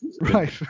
right